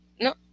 No